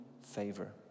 favor